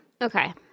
Okay